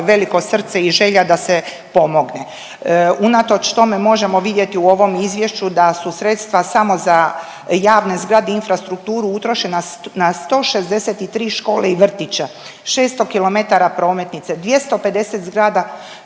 veliko srce i želja da se pomogne. Unatoč tome možemo vidjeti u ovom izvješću da su sredstva samo za javne zgrade i infrastrukturu utrošena na 163 škole i vrtića, 600km prometnice, 250 zgrada